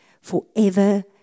forever